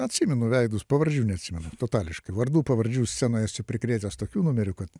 atsimenu veidus pavardžių neatsimenu totališkai vardų pavardžių scenoj esu prikrėtęs tokių numerių kad